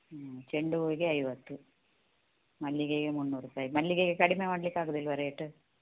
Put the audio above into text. ಹ್ಞೂ ಚೆಂಡು ಹೂವಿಗೆ ಐವತ್ತು ಮಲ್ಲಿಗೆಗೆ ಮುನ್ನೂರು ರುಪಾಯ್ ಮಲ್ಲಿಗೆಗೆ ಕಡಿಮೆ ಮಾಡ್ಲಿಕ್ಕೆ ಆಗೋದಿಲ್ವ ರೇಟು